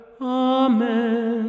Amen